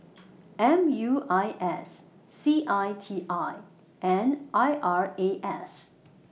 M U I S C I T I and I R A S